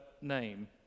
name